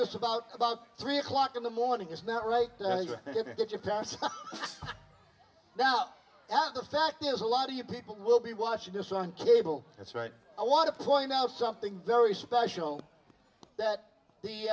this about about three o'clock in the morning is not right but if you pass now at the fact there's a lot of you people will be watching this one cable that's right i want to point out something very special that the